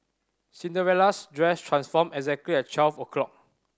Cinderella's dress transformed exactly at twelve o'clock